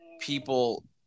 people